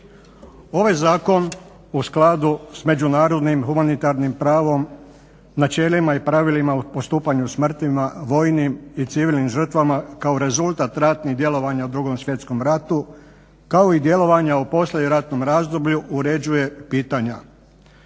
Ovaj zakon u skladu s međunarodnim humanitarnim pravom načelima i pravilima postupanja s mrtvima vojnim i civilnim žrtvama kao rezultat ratnih djelovanja u 2. svjetskom ratu kao i djelovanja u poslijeratnom razdoblju uređuje pitanja